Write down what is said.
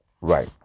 right